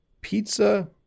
pizza